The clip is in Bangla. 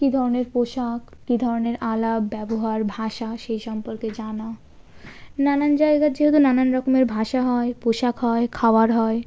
কি ধরনের পোশাক কী ধরনের আলাপ ব্যবহার ভাষা সেই সম্পর্কে জানা নানান জায়গার যেহেতু নানান রকমের ভাষা হয় পোশাক হয় খাওয়ার হয়